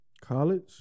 College